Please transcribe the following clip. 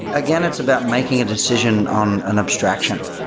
again, it's about making a decision on an abstraction.